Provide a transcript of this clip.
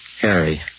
Harry